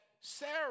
Sarah